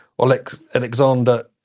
Alexander